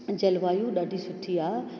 जलवायू ॾाढी सुठी आहे